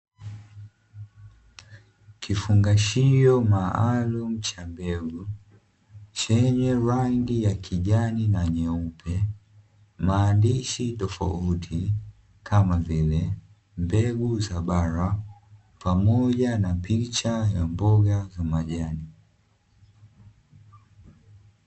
Kifungashio maalumu cha mbegu chenye rangi ya kijani na nyeupe, maandishi tofauti kama vile: mbegu za bara pamoja na picha ya mboga za majani.